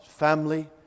Family